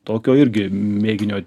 tokio irgi mėginio